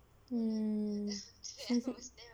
mm